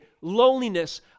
loneliness